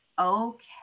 okay